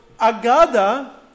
agada